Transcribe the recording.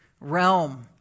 realm